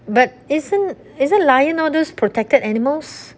but isn't isn't lion all those protected animals